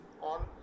on